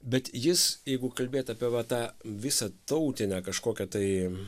bet jis jeigu kalbėt apie va tą visą tautinę kažkokią tai